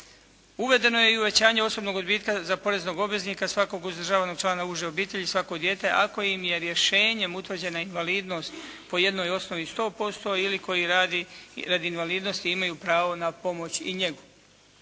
Uvedeno je i uvećanje osobnog odbitka za poreznog odbitka svakog uzdržavanog člana uže obitelji i svako dijete ako im je rješenjem utvrđena invalidnost po jednoj osnovi 100% ili koji radi invalidnosti imaju pravo na pomoć ili njegu.